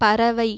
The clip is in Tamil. பறவை